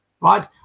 right